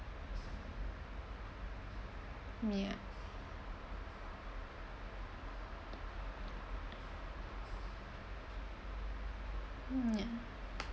ya mm ya